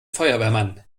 feuerwehrmann